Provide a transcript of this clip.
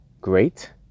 great